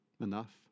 enough